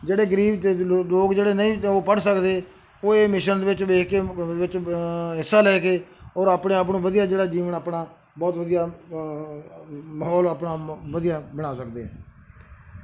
ਜਿਹੜੇ ਗਰੀਬ ਲੋਕ ਜਿਹੜੇ ਨਹੀਂ ਉਹ ਪੜ੍ਹ ਸਕਦੇ ਉਹ ਇਹ ਮਿਸ਼ਨ ਦੇ ਵਿੱਚ ਵੇਖ ਕੇ ਵਿੱਚ ਹਿੱਸਾ ਲੈ ਕੇ ਔਰ ਆਪਣੇ ਆਪ ਨੂੰ ਵਧੀਆ ਜਿਹੜਾ ਜੀਵਨ ਆਪਣਾ ਬਹੁਤ ਵਧੀਆ ਮਾਹੌਲ ਆਪਣਾ ਵਧੀਆ ਬਣਾ ਸਕਦੇ ਹੈ